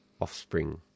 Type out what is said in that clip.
offspring